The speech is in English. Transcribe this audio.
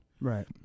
Right